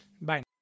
Bye